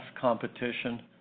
competition